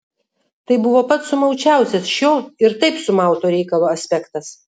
tai buvo pats sumaučiausias šio ir taip sumauto reikalo aspektas